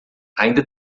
ainda